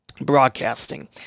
broadcasting